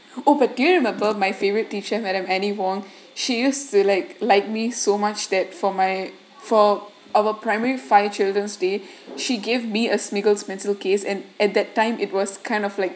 oh but do you remember my favourite teacher madam annie huang she use to like like me so much that for my for our primary five children's day she give me a smeagol's pencil case and at that time it was kind of like